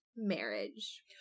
marriage